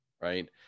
right